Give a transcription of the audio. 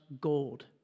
gold